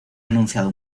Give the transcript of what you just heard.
anunciado